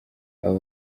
aba